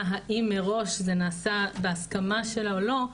האם מראש זה נעשה בהסכמה שלה או לא,